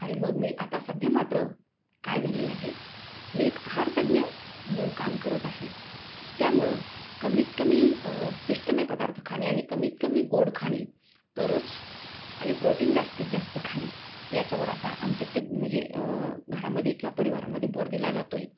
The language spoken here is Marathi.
आणि मग मी आता सध्या मात्र काय झालेलं आहे मी एक आहार तज्ञ म्हणून काम करत आहे त्यामुळे कमीतकमी पिष्टमय पदार्थ खाणे आणि कमीतकमी गोड खाणे तरच आणि प्रोटीन जास्तीत जास्त खाणे याच्यावर आता आमच्यात म्हणजे घरामध्ये किंवा परिवारामध्ये भर दिला जातो आहे